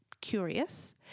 curious